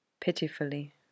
pitifully